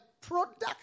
product